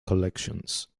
collections